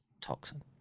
toxin